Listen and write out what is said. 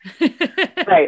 Right